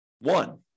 One